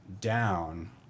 down